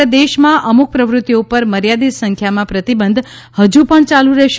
સમગ્ર દેશમાં અમુક પ્રવૃત્તિઓ ઉપર મર્યાદિત સંખ્યામાં પ્રતિબંધ ફજુ પણ યાલુ રહેશે